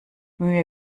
mühe